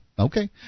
Okay